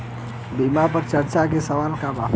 बीमा पर चर्चा के सवाल बा?